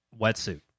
wetsuit